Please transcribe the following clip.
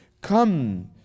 Come